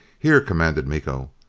here, commanded miko.